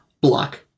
block